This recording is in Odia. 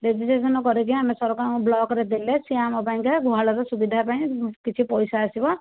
ରେଜିଷ୍ଟ୍ରେସନ କରାଇକି ଆମେ ସରକାରଙ୍କ ବ୍ଲକରେ ଦେଲେ ସେ ଆମ ପାଇଁକା ଗୁହାଳର ସୁବିଧା ପାଇଁ କିଛି ପଇସା ଆସିବ